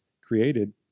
created